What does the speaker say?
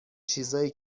چیزایی